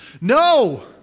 No